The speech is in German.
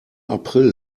april